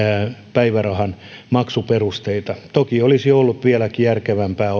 päivärahan maksuperusteita toki olisi ollut vieläkin järkevämpää